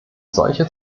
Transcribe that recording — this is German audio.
solche